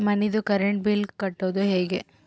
ಮನಿದು current bill ಕಟ್ಟೊದು ಹೇಗೆ?